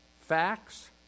facts